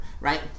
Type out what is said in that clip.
right